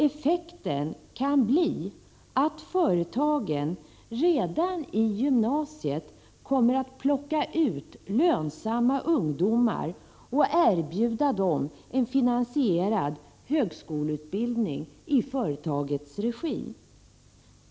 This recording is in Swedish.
Effekten kan bli att företagen redan i gymnasiet kommer att plocka ut lönsamma ungdomar och erbjuda dem en finansierad högskoleutbildning i företagets regi.